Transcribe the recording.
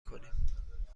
کنیم